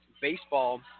baseball